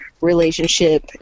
relationship